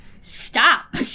stop